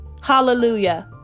Hallelujah